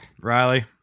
riley